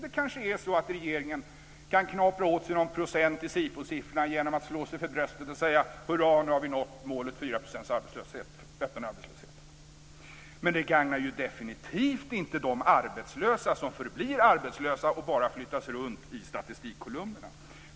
Det kanske är så att regeringen kan knapra åt sig någon procent i SIFO-siffrorna genom att slå sig för bröstet och säga att "Hurra, nu har vi nått målet 4 % öppen arbetslöshet". Men det gagnar definitivt inte de arbetslösa, som förblir arbetslösa och bara flyttas runt i statistikkolumnerna.